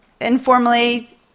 informally